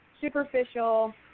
superficial